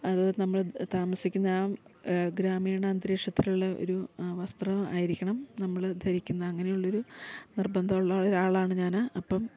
അത് നമ്മള് താമസിക്കുന്ന ആ ഗ്രാമീണ അന്തരീക്ഷത്തിലുള്ള ഒരു വസ്ത്രം ആയിരിക്കണം നമ്മള് ധരിക്കുന്നത് അങ്ങനെയുള്ളൊരു നിർബന്ധം ഉള്ള ഒരാളാണ് ഞാന് അപ്പം